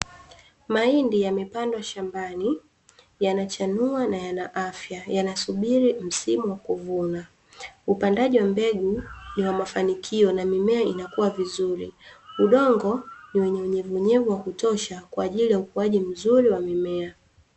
Mahindi yamepandwa shambani, yanachanua na yana afya yanasubiri msimu wa kuvuna upandaji wa mbegu ni wa mafanikio, na mimea inakua vizuri, udongo ni wenye unyevu unyevu wa kutosha kwaajili ya ukuaji mzuri wa mimea.